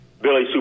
Billy